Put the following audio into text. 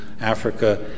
Africa